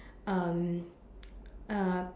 um uh